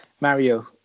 Mario